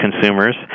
consumers